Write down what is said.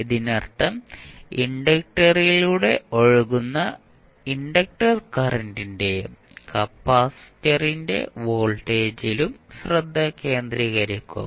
ഇതിനർത്ഥം ഇൻഡക്റ്ററിലൂടെ ഒഴുകുന്ന ഇൻഡക്റ്റർ കറന്റിന്റെയും കപ്പാസിറ്ററിന്റെ വോൾട്ടേജിലും ശ്രദ്ധ കേന്ദ്രീകരിക്കും